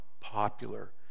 popular